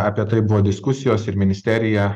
apie tai buvo diskusijos ir ministerija